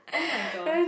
oh my god